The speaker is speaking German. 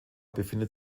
befindet